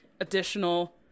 additional